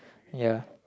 ya